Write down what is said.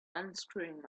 unscrewing